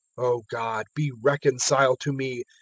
o god, be reconciled to me,